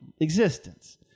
existence